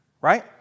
right